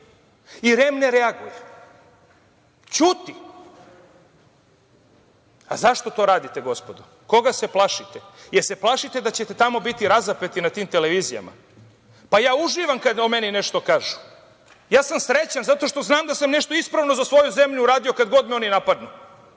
i REM ne reaguje? Ćuti. Zašto to radite, gospodo? Koga se plašite? Da li se plašite da ćete tamo biti razapeti, na tim televizijama? Pa, ja uživam kada o meni nešto kažu. Ja sam srećan zato što znam da sam nešto ispravno za svoju zemlju uradio kad god me oni napadnu.